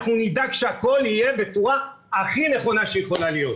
אנחנו נדאג שהכול יהיה בצורה הכי נכונה שיכולה להיות.